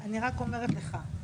אני רק אומרת לך,